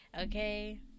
Okay